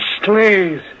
Please